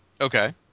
Okay